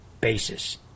basis